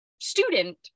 student